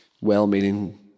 well-meaning